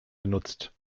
genutzt